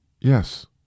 yes